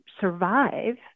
survive